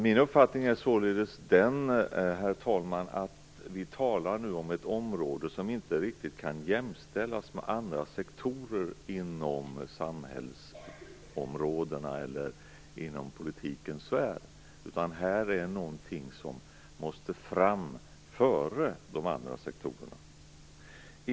Min uppfattning är således, herr talman, att vi nu talar om ett område som inte riktigt kan jämställas med andra sektorer inom samhällsområdena eller inom politikens sfär. Detta är något som måste framhållas före de andra sektorerna.